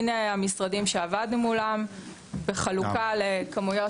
הנה המשרדים שעבדנו מולם בחלוקה לכמויות